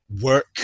work